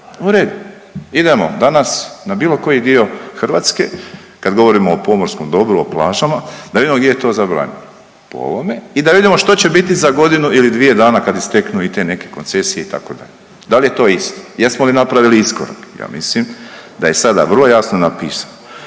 U redu. Idemo danas na bilo koji dio Hrvatske kad govorimo o pomorskom dobru, o plažama da vidimo gdje je to zabranjeno, po ovome i da vidimo što će biti za godinu ili dvije dana kad isteknu i te neke koncesije, itd., da li je to isto, jesmo li napravili iskorak. Ja mislim da je sada vrlo jasno napisano,